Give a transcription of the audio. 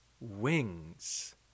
wings